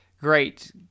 great